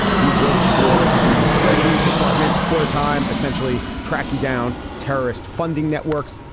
he worked for the treasury department for a time, essentially tracking down terrorist funding networks.